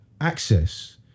access